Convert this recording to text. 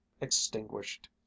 extinguished